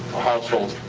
households,